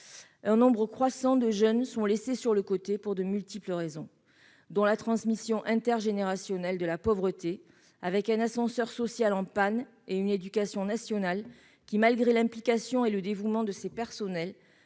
Un nombre croissant de jeunes sont laissés sur le côté pour de multiples raisons, dont la transmission intergénérationnelle de la pauvreté, avec un ascenseur social en panne et une éducation nationale qui, malgré l'implication et le dévouement de ses personnels,